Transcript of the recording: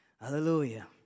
Hallelujah